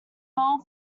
fell